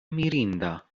mirinda